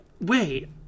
wait